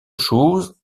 chose